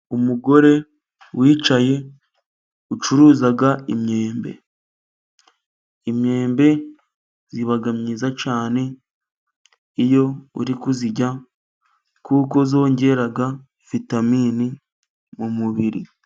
Umugore wicaye ucuruza imyembe, imyembe iba mwiza cyane iyo uri kuyirya kuko yongera vitamini mu mubiri.